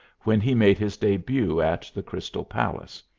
when he made his debut at the crystal palace.